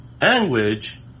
language